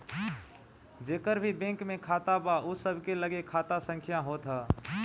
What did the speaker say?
जेकर भी बैंक में खाता बा उ सबके लगे खाता संख्या होत हअ